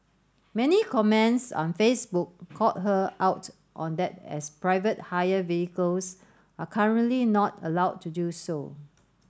many comments on Facebook called her out on that as private hire vehicles are currently not allowed to do so